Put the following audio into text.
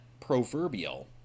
proverbial